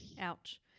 Ouch